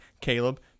Caleb